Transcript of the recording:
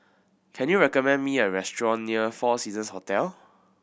can you recommend me a restaurant near Four Seasons Hotel